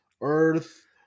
earth